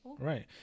right